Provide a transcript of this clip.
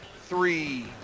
three